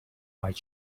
white